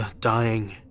dying